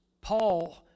Paul